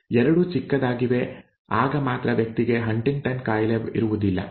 ಎರಡೂ ಚಿಕ್ಕದಾಗಿವೆ ಆಗ ಮಾತ್ರ ವ್ಯಕ್ತಿಗೆ ಹಂಟಿಂಗ್ಟನ್ ಕಾಯಿಲೆ ಇರುವುದಿಲ್ಲ